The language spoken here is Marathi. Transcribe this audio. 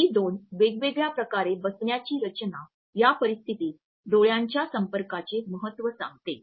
ही दोन वेगवेगळ्या प्रकारे बसण्याची रचना या परिस्थितीत डोळ्यांच्या संपर्कांचे महत्त्व सांगते